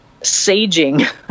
saging